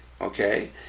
Okay